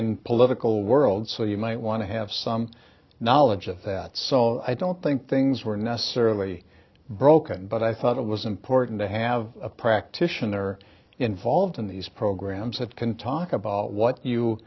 in political world so you might want to have some knowledge of that so i don't think things were necessarily broken but i thought it was important to have a practitioner involved in these programs have can talk about what you